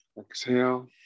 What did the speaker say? Exhale